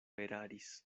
eraris